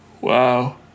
Wow